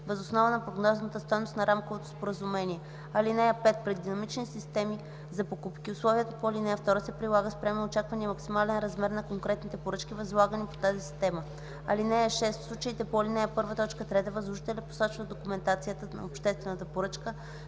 въз основа на прогнозната стойност на рамковото споразумение. (5) При динамични системи за покупки условието по ал. 2 се прилага спрямо очаквания максимален размер на конкретните поръчки, възлагани по тази система. (6) В случаите по ал. 1, т. 3 възложителят посочва в документацията за обществената поръчка